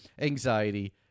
anxiety